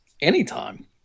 anytime